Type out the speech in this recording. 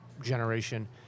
generation